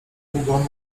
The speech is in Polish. hugon